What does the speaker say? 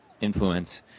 influence